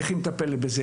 איך היא מטפלת בזה?